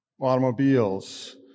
automobiles